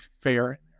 Fair